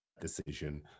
decision